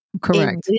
correct